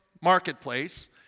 Marketplace